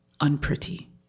unpretty